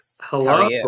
hello